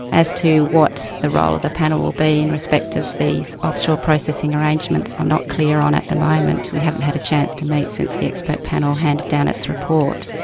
as to what the role of the panel will be in respect of these offshore processing arrangements i'm not clear on at the moment, we haven't had a chance to meet since the expert panel handed down its report.